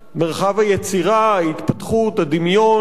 מרחב היצירה, ההתפתחות, הדמיון,